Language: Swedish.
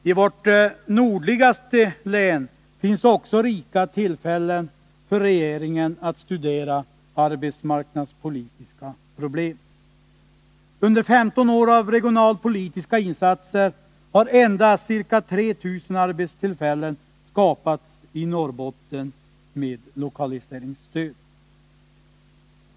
I vårt nordligaste län finns också rika tillfällen för regeringen att studera arbetsmarknadspolitiska problem. Under 15 år av regionalpolitiska insatser har endast ca 3 000 arbetstillfällen skapats i Norrbotten med lokaliseringsstöd.